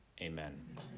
Amen